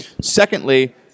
Secondly